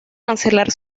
cancelar